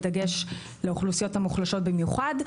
בדגש לאוכלוסיות המוחלשות במיוחד,